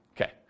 Okay